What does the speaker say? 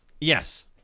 Yes